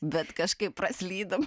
bet kažkaip praslydom